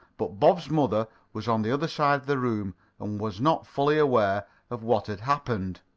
but bob's mother was on the other side of the room and was not fully aware of what had happened.